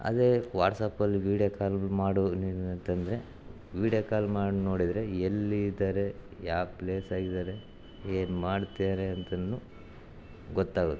ಅದೇ ವಾಟ್ಸಾಪ್ಪಲ್ಲಿ video call ಮಾಡು ನೀನು ಅಂತಂದರೆ ವೀಡ್ಯೊ ಕಾಲ್ ಮಾಡಿ ನೋಡಿದರೆ ಎಲ್ಲಿ ಇದ್ದಾರೆ ಯಾವ ಪ್ಲೇಸಾಗಿದ್ದಾರೆ ಏನು ಮಾಡ್ತಿದ್ದಾರೆ ಅಂತಲೂ ಗೊತ್ತಾಗುತ್ತೆ